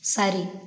சரி